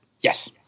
Yes